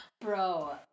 Bro